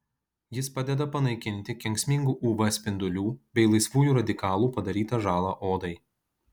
jis padeda panaikinti kenksmingų uv spindulių bei laisvųjų radikalų padarytą žalą odai